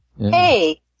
Hey